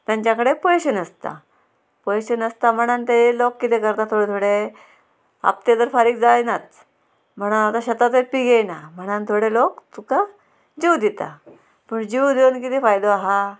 तेंच्या कडेन पयशे नासता पयशे नासता म्हणोन ते लोक किदें करता थोडे थोडे हफते तर फारीक जायनाच म्हणोन आतां शेतां ते पिकयना म्हणून थोडे लोक तुका जीव दिता पूण जीव दिवन कितें फायदो आहा